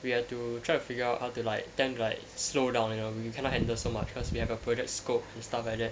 we had to try to figure out how to like tell him like slow down you know we cannot handle so much because we have a project scope and stuff like that